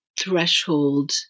threshold